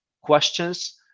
questions